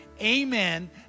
AMEN